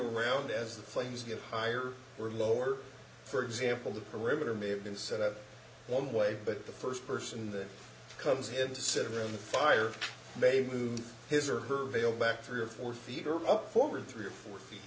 around as the flames get higher or lower for example the perimeter may have been set up one way but the st person that comes in to sit around the fire may move his or her veil back three or four feet or up forward three or four feet